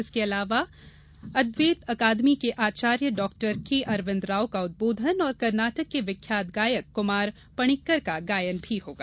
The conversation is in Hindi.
इसके अलावा अद्वेत अकादमी के आचार्य डाक्टर के अरविन्द राव का उदबोधन और कर्नाटक के विख्यात गायक कमार पणिक्कर का गायन होगा